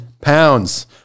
pounds